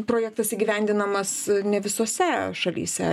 projektas įgyvendinamas ne visose šalyse